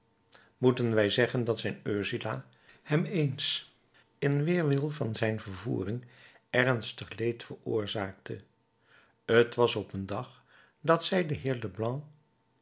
moeten wij zeggen dat zijn ursula hem eens in weerwil van zijn vervoering ernstig leed veroorzaakte t was op een dag dat zij den heer